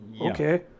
okay